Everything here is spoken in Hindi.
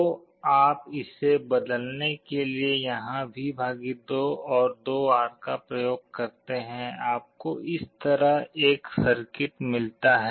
तो आप इसे बदलने के लिए यहां V 2 और 2R का प्रयोग करते हैं आपको इस तरह एक सर्किट मिलता है